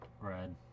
Red